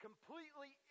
Completely